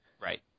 Right